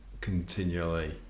continually